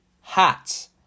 hats